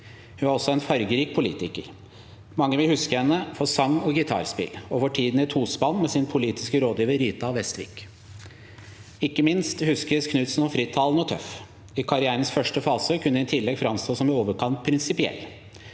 Hun var også en fargerik politiker. Mange vil huske henne for sang og gitarspill og for tiden i tospann med sin politiske rådgiver Rita Westvik. Ikke minst huskes Knudsen som frittalende og tøff. I karrierens første fase kunne hun i tillegg framstå som i overkant prinsipiell